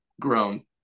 grown